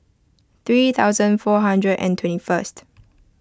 three thousand four hundred and twenty first